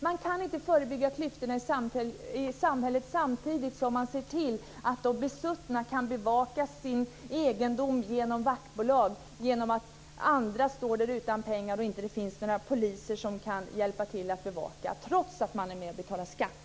Man kan inte förebygga klyftorna i samhället samtidigt som man ser till att de besuttna kan bevaka sin egendom genom vaktbolag, medan andra står där utan pengar och det inte finns några poliser som kan hjälpa till att bevaka trots att man är med och betalar skatt.